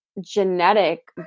genetic